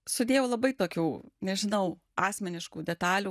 sudėjau labai tokių nežinau asmeniškų detalių